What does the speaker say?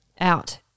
out